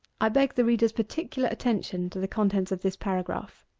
i beg the reader's particular attention to the contents of this paragraph.